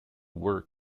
work